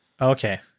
okay